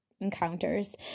encounters